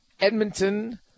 Edmonton